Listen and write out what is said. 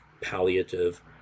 palliative